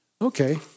Okay